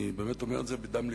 אני באמת אומר את זה בדם לבי,